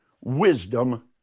wisdom